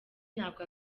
ntabwo